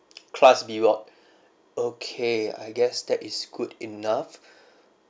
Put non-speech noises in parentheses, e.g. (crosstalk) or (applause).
class B ward (breath) okay I guess that is good enough (breath)